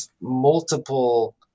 multiple